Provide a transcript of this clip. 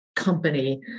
company